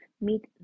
meet